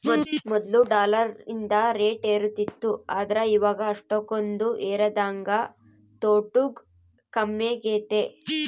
ಮೊದ್ಲು ಡಾಲರಿಂದು ರೇಟ್ ಏರುತಿತ್ತು ಆದ್ರ ಇವಾಗ ಅಷ್ಟಕೊಂದು ಏರದಂಗ ತೊಟೂಗ್ ಕಮ್ಮೆಗೆತೆ